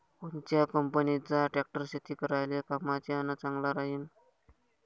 कोनच्या कंपनीचा ट्रॅक्टर शेती करायले कामाचे अन चांगला राहीनं?